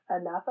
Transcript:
enough